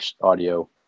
audio